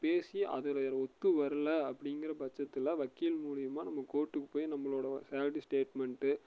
பேசி அதில் ஒத்து வரல அப்படிங்கிற பட்சத்தில் வக்கீல் மூலியமாக நம்ப கோர்ட்டுக்கு போய் நம்பளோட சைடு ஸ்டேட்மென்ட்டு